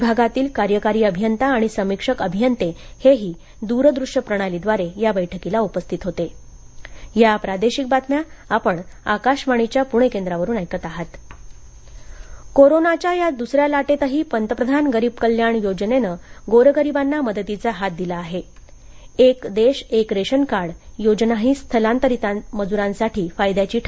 विभागातील कार्यकारी अभियंता आणि अधीक्षक अभियंते हेही दूरदृश्यप्रणालीद्वारे या बैठकीला उपस्थित होते थेट लाभ हस्तांतरण कोरोनाच्या या द्सर्या लाटेतही पंतप्रधान गरीब कल्याण योजनेनं गोरगरिबांना मदतीचा हात दिला आहे एक देश एक रेशनकार्ड योजनाही स्थालांतरित मजुरांना फायद्याची ठरते आहे